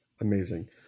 Amazing